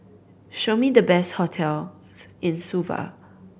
show me the best hotels in Suva